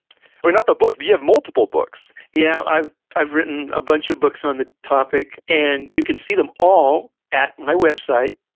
oh, not the book, do you have multiple books? yeah, i've i've written a bunch of books on the topic, and you can see them all at my website,